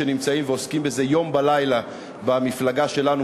שנמצאים ועוסקים בזה יום ולילה במפלגה שלנו,